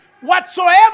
whatsoever